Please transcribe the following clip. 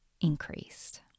increased